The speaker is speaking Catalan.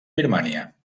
birmània